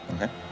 Okay